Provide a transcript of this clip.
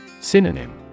Synonym